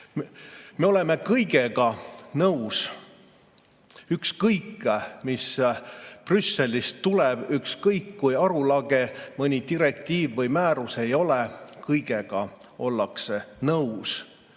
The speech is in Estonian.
oleme kõigega nõus. Ükskõik, mis Brüsselist tuleb, ükskõik kui arulage mõni direktiiv või määrus ei ole – kõigega ollakse nõus.